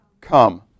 Come